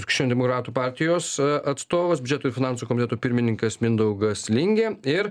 krikščionių demokratų partijos atstovas biudžeto ir finansų komiteto pirmininkas mindaugas lingė ir